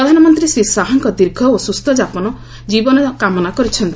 ପ୍ରଧାନମନ୍ତ୍ରୀ ଶ୍ରୀ ଶାହଙ୍କ ଦୀର୍ଘ ଓ ସୁସ୍ଥ ଜୀବନ କାମନା କରିଚ୍ଛନ୍ତି